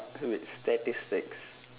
with statistics